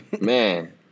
Man